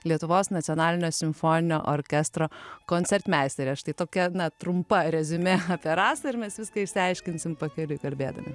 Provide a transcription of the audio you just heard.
lietuvos nacionalinio simfoninio orkestro koncertmeisterė štai tokia trumpa reziumė apie rasą ir mes viską išsiaiškinsim pakeliui kalbėdami